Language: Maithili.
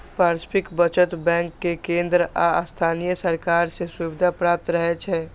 पारस्परिक बचत बैंक कें केंद्र आ स्थानीय सरकार सं सुविधा प्राप्त रहै छै